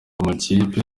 amakipe